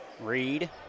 Reed